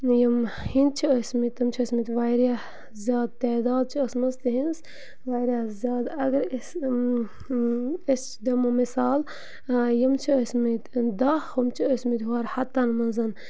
یِم ہیٚنٛدۍ چھِ ٲسۍمٕتۍ تِم چھِ ٲسۍمٕتۍ واریاہ زیادٕ تعداد چھِ ٲسمٕژ تِہِنٛز واریاہ زیادٕ اَگر أسۍ أسۍ دِمو مِثال یِم چھِ ٲسۍمٕتۍ دَہ ہُم چھِ ٲسۍمٕتۍ ہورٕ ہَتَن منٛز